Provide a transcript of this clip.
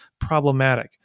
problematic